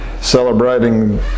celebrating